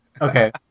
okay